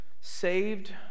Saved